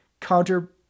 counter